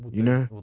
you know,